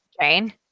Jane